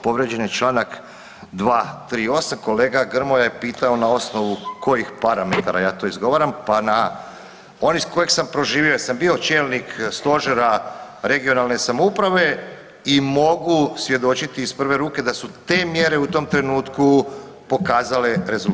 Povrijeđen je čl. 238., kolega Grmoja je pitao na osnovu koji parametara ja to izgovaram, pa na one koje sam proživio jer sam bio čelnik stožera regionalne samouprave i mogu svjedočiti iz prve ruke da su te mjere u tom trenutku pokazale rezultate.